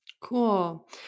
Cool